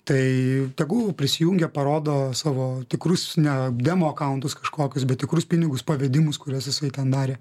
tai tegul prisijungia parodo savo tikrus ne demo akauntus kažkokius bet tikrus pinigus pavedimus kuriuos jisai ten darė